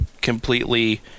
completely